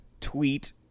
tweet